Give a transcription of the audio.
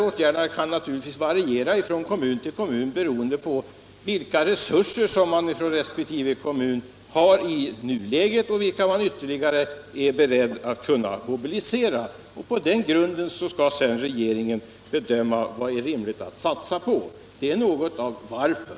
Åtgärderna kan naturligtvis variera från kommun till kommun, beroende på vilka resurser kommunen har i nuläget och vilka man ytterligare är beredd att mobilisera. På den grunden skall sedan regeringen bedöma vad som är rimligt att satsa på. Det är något av varför.